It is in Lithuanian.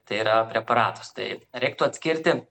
tai yra preparatus taip reiktų atskirti